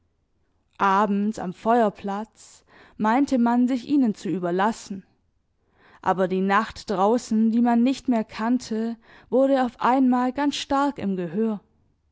abends am feuerplatz meinte man sich ihnen zu überlassen aber die nacht draußen die man nicht mehr kannte wurde auf einmal ganz stark im gehör